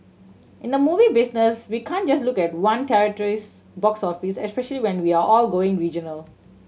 in the movie business we can just look at one territory's box office when we are all going regional